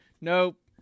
Nope